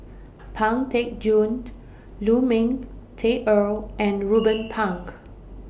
Pang Teck Joon Lu Ming Teh Earl and Ruben Pang